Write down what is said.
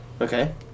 Okay